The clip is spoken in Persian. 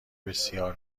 بسیار